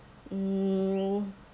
mm